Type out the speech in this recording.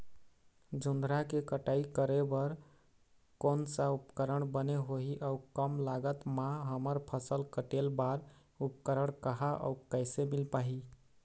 जोंधरा के कटाई करें बर कोन सा उपकरण बने होही अऊ कम लागत मा हमर फसल कटेल बार उपकरण कहा अउ कैसे मील पाही?